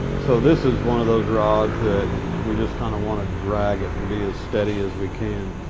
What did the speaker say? so this is one of those rods that we just kinda want to drag it and be as steady as we can.